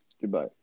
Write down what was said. Goodbye